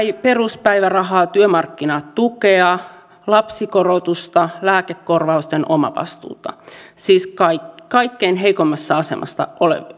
peruspäivärahaa työmarkkinatukea lapsikorotusta lääkekorvausten omavastuuta siis kaikkein heikoimmassa asemassa